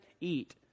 eat